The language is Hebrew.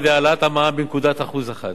על-ידי העלאת המע"מ בנקודת אחוז אחת,